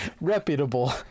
reputable